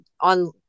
on